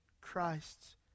Christ's